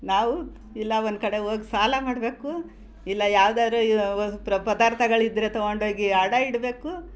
ನಾವು ಇಲ್ಲ ಒಂದು ಕಡೆ ಹೋಗ್ ಸಾಲ ಮಾಡಬೇಕು ಇಲ್ಲ ಯಾವ್ದಾದ್ರು ಪದಾರ್ತಥಗಳಿದ್ರೆ ತೊಗೊಂಡು ಹೋಗಿ ಅಡ ಇಡಬೇಕು